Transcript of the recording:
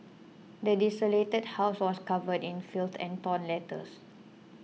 the desolated house was covered in filth and torn letters